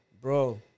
bro